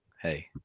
hey